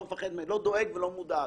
לא דואג ולא מודאג.